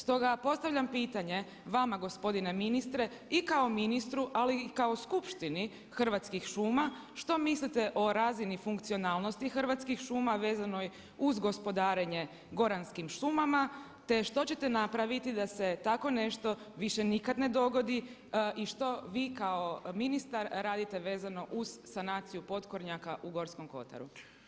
Stoga postavljam pitanje vama gospodine ministre i kao ministru, ali i kao skupštini Hrvatskih šuma, što mislite o razini funkcionalnosti Hrvatskih šuma, vezanoj uz gospodarenje goranskim šumama, te što ćete napraviti da se takvo nešto više nikada ne dogodi i što vi kao ministar radite vezano uz sanaciju potkornjaka u Gorskom kotaru.